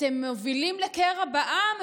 אתם מובילים לקרע בעם.